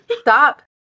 Stop